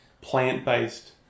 plant-based